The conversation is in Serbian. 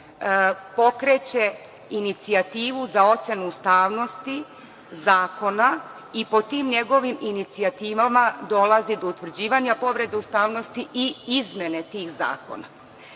pokreće inicijativu za ocenu ustavnosti zakona i po tim njegovim inicijativama dolazi do utvrđivanja povrede ustavnosti i izmene tih zakona.